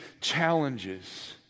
challenges